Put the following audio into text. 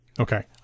Okay